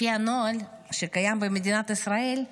לפי הנוהל שקיים במדינת ישראל,